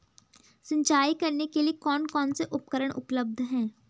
सिंचाई करने के लिए कौन कौन से उपकरण उपलब्ध हैं?